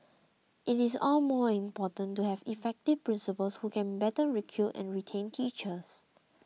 it is all more important to have effective principals who can better recruit and retain teachers